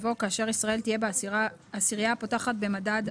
הרי דיברתם על פסקת ההתגברות.